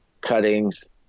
cuttings